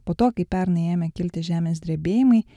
po to kai pernai ėmė kilti žemės drebėjimai